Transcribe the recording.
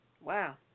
Wow